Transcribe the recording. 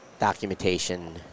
documentation